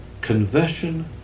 conversion